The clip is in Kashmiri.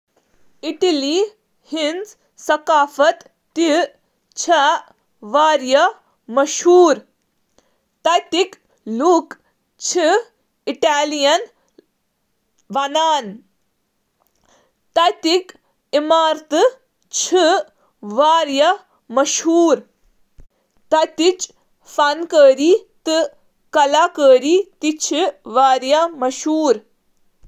بنگلہ دیشُک ثقافت چُھ متنوع تہٕ چُھ متعدد مذہبن، سمٲجی گروپن تہٕ تٲریخی دورن ہنٛد اثر و رسوخچ عکاسی کران: مذہب، صنفی کردار کھین ،بنگلہ دیشچ ثقافت چِھ بنگال خطہٕ کس ثقافتس سۭتۍ گہرائی سۭتۍ جُڑتھ۔ بنیٲدی طورس پیٹھ چُھ بنگالی ثقافت بنگلہ دیش کہِ ثقافتُک حوالہٕ دِوان۔